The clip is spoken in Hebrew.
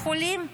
החולים,